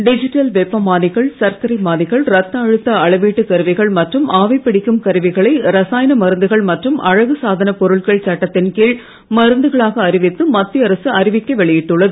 digital வெப்ப மானிகள் சர்க்கரை மானிகள் ரத்த அழுத்த அளவீட்டுக் கருவிகள் மற்றும் ஆவி பிடிக்கும் கருவிகளை இரசாயன மருந்துகள் மற்றும் அழகு சாதனப் பொருட்கள் சட்டத்தின் கீழ் மருந்துகளாக அறிவித்து மத்திய அரசு அறிவிக்கை வெளியிட்டுள்ளது